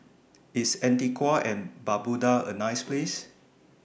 IS Antigua and Barbuda A nice Place